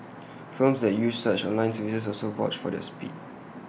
firms that use such online services also vouch for their speed